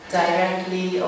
directly